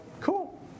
cool